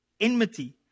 enmity